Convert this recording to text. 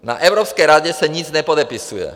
Na Evropské radě se nic nepodepisuje.